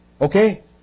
Okay